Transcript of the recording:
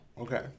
Okay